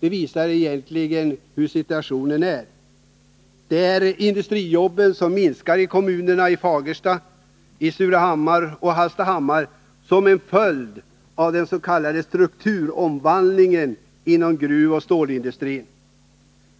visar egentligen hur situationen är i våra bruksorter. Industrijobben minskar i kommunerna i Fagerstaregionen, i Surahammar och i Hallstahammar som en följd av den s.k. strukturomvandlingen inom gruvoch stålindustrin.